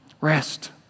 rest